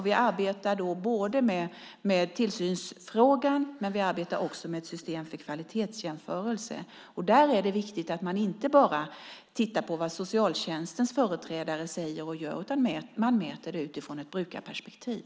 Vi arbetar både med tillsynsfrågan och med ett system för kvalitetsjämförelse. Där är det viktigt att man inte bara tittar på vad socialtjänstens företrädare säger och gör, utan att man mäter det ur ett brukarperspektiv.